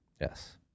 Yes